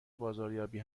بازاریابی